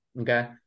okay